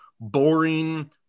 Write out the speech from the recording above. boring